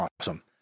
awesome